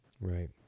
Right